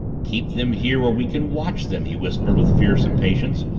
keep them here where we can watch them! he whispered with fierce impatience.